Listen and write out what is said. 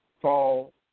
fall